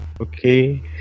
okay